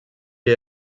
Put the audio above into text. est